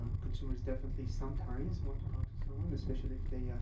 um consumers definitely sometimes want to talk to someone, especially if they, ah,